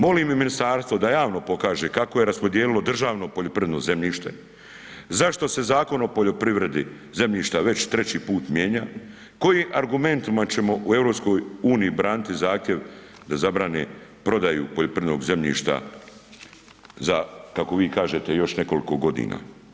Molim i ministarstvo da javno pokaže kako je raspodijelilo državno poljoprivredno zemljište, zašto se Zakon o poljoprivredi zemljišta već 3 put mijenja, kojim argumentima ćemo u EU braniti zahtjev da zabrane prodaju poljoprivrednog zemljišta za kako vi kažete još nekoliko godina.